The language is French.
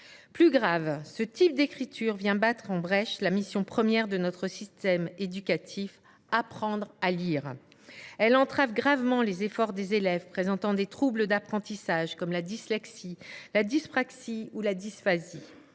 Plus grave, cette écriture vient battre en brèche la mission première de notre système éducatif : apprendre à lire. Elle entrave gravement les efforts des élèves présentant des troubles d’apprentissage comme la dyslexie, la dyspraxie ou la dysphasie.